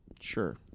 Sure